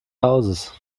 hauses